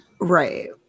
right